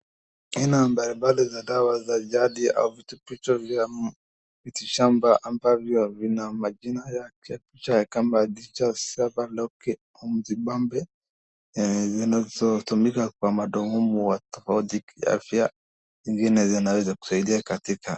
Aina mbalimbali za dawa za jadi au virotobisho vya miti shamba ambavyo vina majina yake picture kama deja, sp, leoki, nzegambi. zintumika kwa madongumu watofauti kiafya zingine zinaweza kusaidia katika